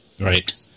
Right